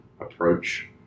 approach